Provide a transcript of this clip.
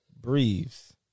breathes